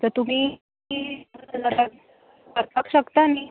आतां तुमी करपाक शकता न्ही